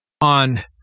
on